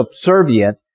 subservient